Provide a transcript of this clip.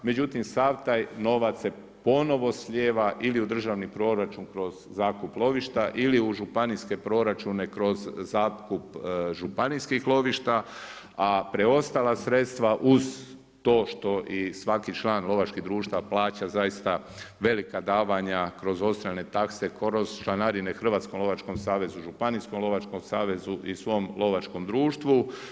Međutim, sav taj novac se ponovno slijeva ili u državni proračun kroz zakup lovišta ili u županijske proračune kroz zakup županijskih lovišta, a preostala sredstva uz to što i svaki član lovačkog društva plaća zaista velika davanja kroz odstrelne takse, kroz članarine Hrvatskom lovačkom savezu, Županijskom lovačkom savezu i svom lovačkom društvu.